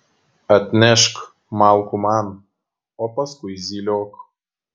atnešk malkų man o paskui zyliok